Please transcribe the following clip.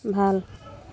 ভাল